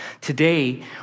Today